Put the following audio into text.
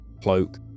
cloak